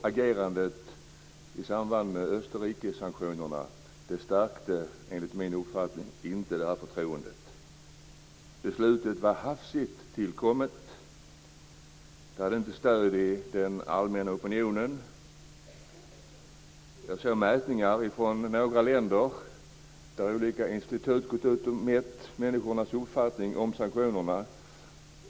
Agerandet i samband med Österrikesanktionerna stärkte, enligt min uppfattning, inte förtroendet. Beslutet var hafsigt tillkommet. Det hade inte stöd i den allmänna opinionen. Jag har sett mätningar från några länder där olika institut gått ut och mätt människors uppfattning om sanktionerna.